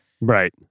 right